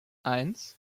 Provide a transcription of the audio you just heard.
eins